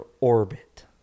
orbit